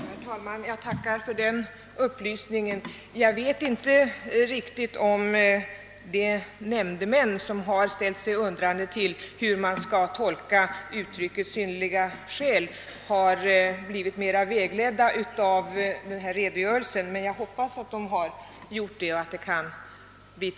Herr talman! Jag tackar för den ytterligare upplysning som statsrådet har lämnat. Jag vet inte om de nämndemän, som har ställt sig undrande till hur uttrycket »synnerliga skäl» skall tolkas, har fått någon vägledning av denna redogörelse, men jag hoppas det.